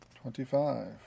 Twenty-five